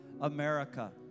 America